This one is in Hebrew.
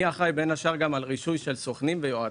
אני אחראי בין היתר גם על רישוי של סוכנים ויועצים.